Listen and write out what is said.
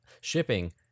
shipping